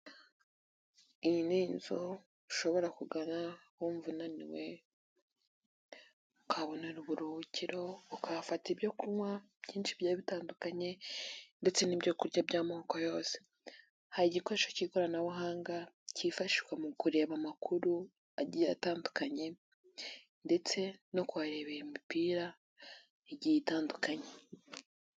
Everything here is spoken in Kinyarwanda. Iyi ni inzu ushobora kugana wumva unaniwe, ukahabonera uburuhukiro, ukahafata ibyo kunywa byinshi bigiye bitandukanye ndetse n'ibyo kurya by'amoko yose, hari igikoresho k'ikoranabuhanga kifashishwa mu kureba amakuru agiye atandukanye ndetse no kuharebera imipira igiye itandukanye.